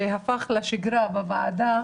שעתיים מקבלת הדרישה,